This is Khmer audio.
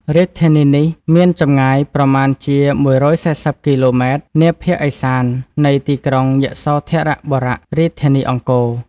រាជធានីនេះមានចម្ងាយប្រមាណជា ១៤០ គីឡូម៉ែត្រ នាភាគឦសាននៃទីក្រុងយសោធរបុរៈ (រាជធានីអង្គរ)។